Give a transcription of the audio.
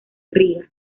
riga